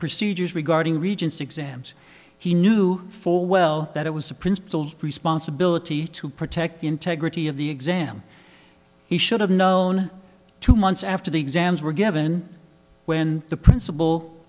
procedures regarding regents exams he knew full well that it was a principal responsibility to protect the integrity of the exam he should have known two months after the exams were given when the principal